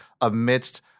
amidst